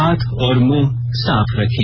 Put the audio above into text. हाथ और मुंह साफ रखें